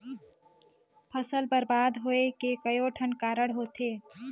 फसल बरबाद होवे के कयोठन कारण होथे